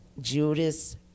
judas